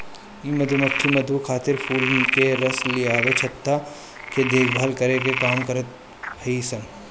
इ मधुमक्खी मधु खातिर फूल के रस लियावे, छत्ता के देखभाल करे के काम करत हई सन